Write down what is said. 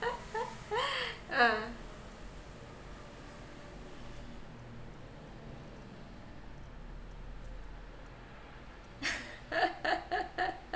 uh